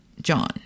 John